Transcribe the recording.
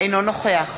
אינו נוכח